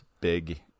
big